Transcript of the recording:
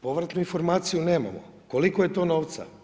Povratnu informaciju nemamo koliko je to novca.